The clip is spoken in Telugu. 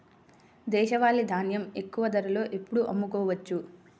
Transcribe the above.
దేశవాలి ధాన్యం ఎక్కువ ధరలో ఎప్పుడు అమ్ముకోవచ్చు?